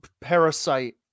parasite